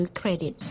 credit